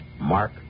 Mark